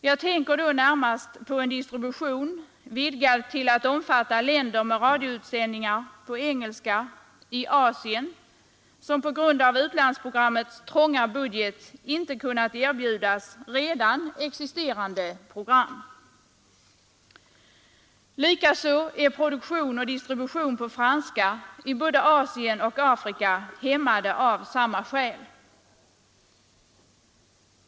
Jag tänker då närmast på en distribution av radioutsändningar på engelska vidgad till att omfatta länder i Asien som på grund av utlandsprogrammets trånga budget inte kunnat erbjudas redan existerande program. Likaså är produktion och distribution på franska till både Asien och Afrika hämmade av samma skäl.